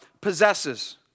possesses